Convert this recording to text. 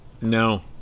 No